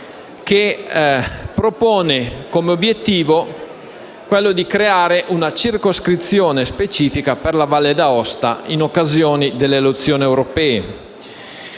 che propone l'obiettivo di creare una circoscrizione specifica per la Valle d'Aosta in occasione delle elezioni europee,